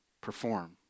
Perform